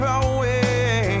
away